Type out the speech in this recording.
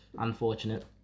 unfortunate